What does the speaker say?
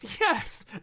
Yes